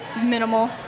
minimal